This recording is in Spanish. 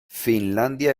finlandia